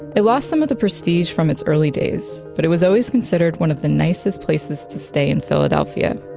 it lost some of the prestige from its early days, but it was always considered one of the nicest places to stay in philadelphia.